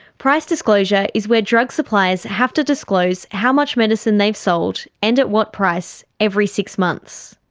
price disclosure is where drug suppliers have to disclose how much medicine they've sold and at what price, every six months.